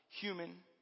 human